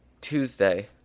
Tuesday